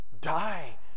Die